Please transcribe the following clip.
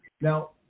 Now